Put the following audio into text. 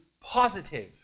positive